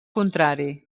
contrari